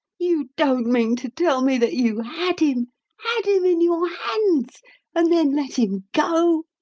you don't mean to tell me that you had him had him in your hands and then let him go?